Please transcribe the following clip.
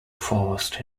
fast